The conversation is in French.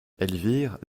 elvire